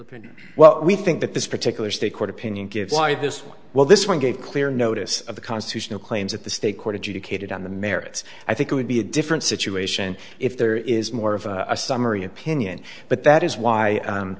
opinion well we think that this particular state court opinion gives why this well this one gave clear notice of the constitutional claims at the state court adjudicated on the merits i think it would be a different situation if there is more of a summary opinion but that is why